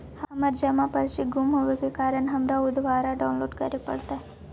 हमर जमा पर्ची गुम होवे के कारण हमारा ऊ दुबारा डाउनलोड करे पड़तई